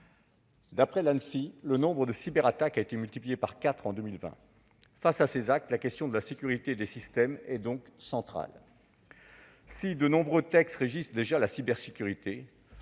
D'après l'Anssi, le nombre de cyberattaques a été multiplié par quatre en 2020. Face à ces actes, la question de la sécurité des systèmes est donc centrale. Si de nombreux textes régissent déjà la cybersécurité